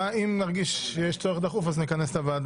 ותשלומים אחרים לחברי הכנסת בנושאים הבאים: 1.סיוע לחבר כנסת עם חירשות.